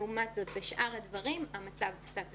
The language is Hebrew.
לעומת זאת, בשאר הדברים המצב קצת אחר.